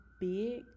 big